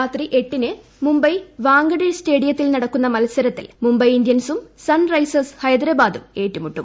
രാത്രി എട്ടിന് മുംബൈ വാങ്കഡെ സ്റ്റേഡിയത്തിൽ നടക്കുന്ന മത്സരത്തിൽ മുംബൈ ഇൻഡ്യൻസും സൺ റൈസേഴ്സ് ഹൈദരാബാദും ഏറ്റുമുട്ടും